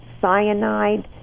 cyanide